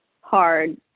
hard